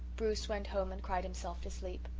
bruce went home and cried himself to sleep.